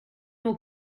will